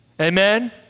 Amen